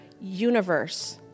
universe